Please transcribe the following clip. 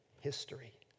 history